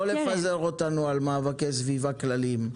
לא לפזר אותנו למאבקי סביבה כלליים.